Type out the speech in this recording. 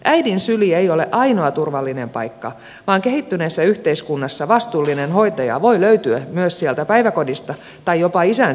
äidin syli ei ole ainoa turvallinen paikka vaan kehittyneessä yhteiskunnassa vastuullinen hoitaja voi löytyä myös sieltä päiväkodista tai jopa isän sylistä